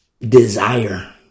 desire